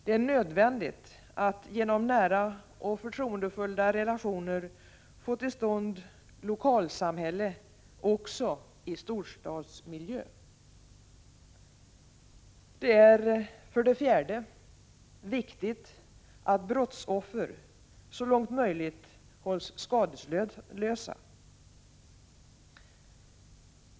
Det är nödvändigt att genom nära och förtroendefulla relationer få till stånd lokalsamhälle också i storstadsmiljö. Det är, för det fjärde, viktigt att brottsoffer så långt möjligt hålls skadeslösa.